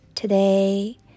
Today